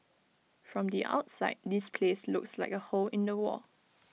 from the outside this place looks like A hole in the wall